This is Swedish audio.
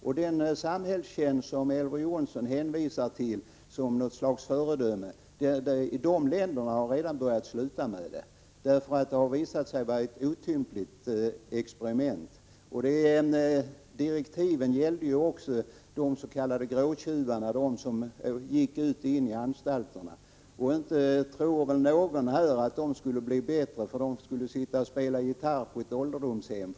Elver Jonsson hänvisar till att samhällstjänsten är något slags föredöme, men de länder som har prövat detta system har redan börjat frångå det, därför att det har visat sig vara ett otympligt experiment. Direktiven för kommittén gällde också de s.k. gråtjuvarna, som går ut och in i anstalterna. Inte tror väl någon här att de blir bättre för att de spelar gitarr på ålderdomshem?